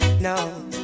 No